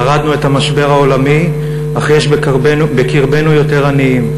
שרדנו את המשבר העולמי, אך יש בקרבנו יותר עניים.